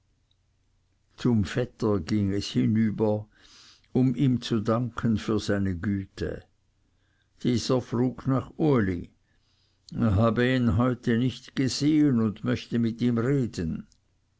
zum vetter ging es hinüber um ihm zu danken für seine güte dieser frug nach uli er habe ihn heute nicht gesehen und möchte mit ihm reden